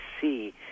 see